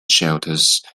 shelters